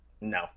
no